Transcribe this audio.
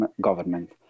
government